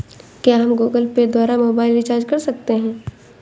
क्या हम Google Pay द्वारा मोबाइल रिचार्ज कर सकते हैं?